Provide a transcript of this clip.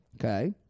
Okay